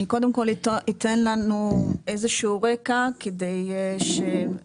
אני קודם כל אתן לנו איזשהו רקע כדי שנוכל